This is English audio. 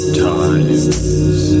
times